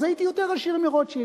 אז הייתי יותר עשיר מרוטשילד.